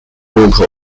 入口